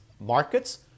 markets